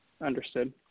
Understood